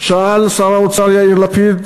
שאל שר האוצר יאיר לפיד.